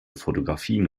fotografien